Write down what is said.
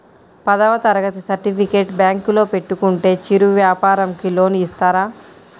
పదవ తరగతి సర్టిఫికేట్ బ్యాంకులో పెట్టుకుంటే చిరు వ్యాపారంకి లోన్ ఇస్తారా?